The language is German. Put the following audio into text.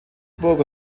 burg